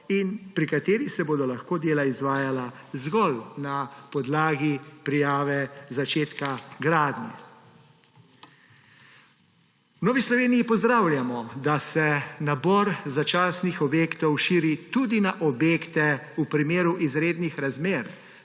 in pri kateri se bodo lahko dela izvajala zgolj na podlagi prijave začetka gradnje. V Novi Sloveniji pozdravljamo, da se nabor začasnih objektov širi tudi na objekte v primeru izrednih razmer